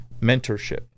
mentorship